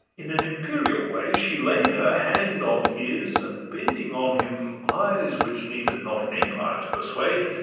in an imperial way, she laid her hand on his, and bending on him eyes which needed not an empire to persuade,